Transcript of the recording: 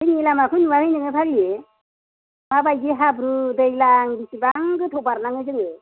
जोंनि लामाखौ नुवाखै नोङो फाग्लि माबायदि हाब्रु दैलाम बिसिबां गोथौ बारनाङो जोङो